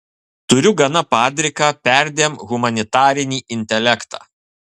turiu gana padriką perdėm humanitarinį intelektą